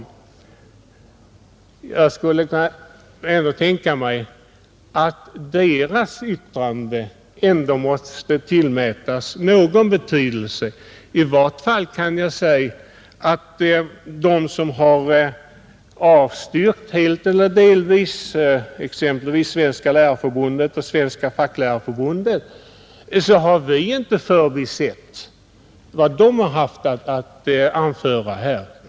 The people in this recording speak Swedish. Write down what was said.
Jag skulle kunna tänka mig att även deras yttranden måste tillmätas någon betydelse. I vart fall kan jag säga att vi inte har förbisett vad de som har avstyrkt helt eller delvis, exempelvis Sveriges lärarförbund och Svenska facklärarförbundet, haft att anföra.